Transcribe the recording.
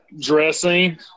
Dressing